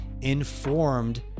informed